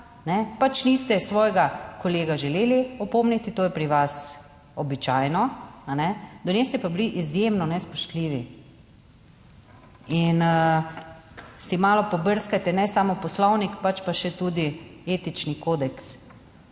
pač niste svojega kolega želeli opomniti, to je pri vas običajno, a ne, do nje ste pa bili izjemno nespoštljivi. In si malo pobrskate, ne samo Poslovnik, pač pa še tudi etični kodeks.